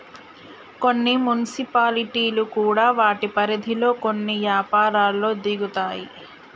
కొన్ని మున్సిపాలిటీలు కూడా వాటి పరిధిలో కొన్ని యపారాల్లో దిగుతాయి